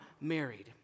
married